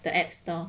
the app store